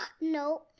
No